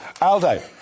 Aldo